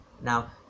Now